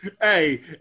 Hey